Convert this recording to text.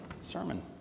sermon